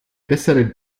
bessere